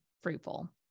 fruitful